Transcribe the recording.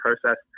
process